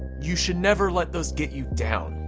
you should never let those get you down,